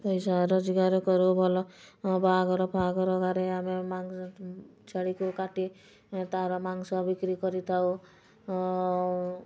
ପଇସା ରୋଜଗାର କରୁ ଭଲ ବାହାଘର ଫାହାଘର ଗାଁରେ ଆମେ ଛେଳିକୁ କାଟି ତାର ମାଂସ ବିକ୍ରି କରିଥାଉ ଆଉ